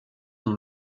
dans